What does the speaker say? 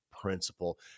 principle